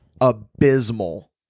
Abysmal